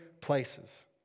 places